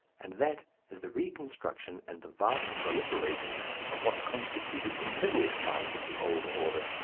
and that is the reconstruction and the vast proliferation of what constituted the middle class of the old order.